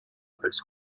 als